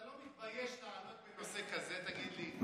אתה לא מתבייש לעלות בנושא כזה, תגיד לי?